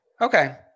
okay